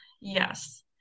Yes